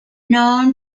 known